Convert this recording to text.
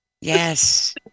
Yes